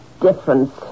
difference